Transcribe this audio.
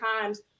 times